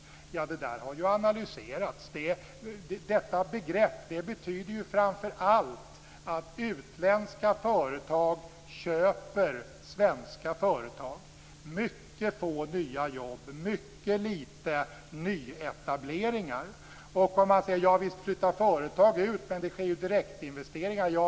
Det där har ju analyserats. Detta begrepp betyder framför allt att utländska företag köper svenska företag. Det blir mycket få nya jobb, mycket lite nyetableringar. Man säger alltså att visst flyttar företag ut, men det sker direktinvesteringar.